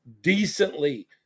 decently